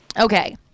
Okay